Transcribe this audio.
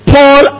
Paul